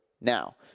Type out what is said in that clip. Now